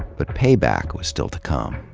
but payback was still to come.